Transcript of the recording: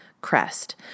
crest